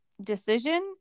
decision